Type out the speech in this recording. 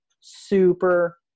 super